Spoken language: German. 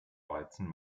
weizen